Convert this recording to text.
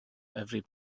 every